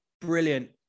brilliant